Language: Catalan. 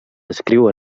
escriu